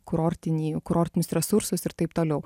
kurortinį kurortinius resursus ir taip toliau